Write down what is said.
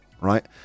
right